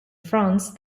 france